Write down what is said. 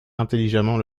intelligemment